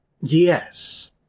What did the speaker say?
yes